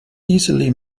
easily